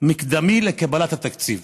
מקדמי לקבלת התקציב.